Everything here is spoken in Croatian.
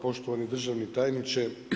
Poštovani državni tajniče.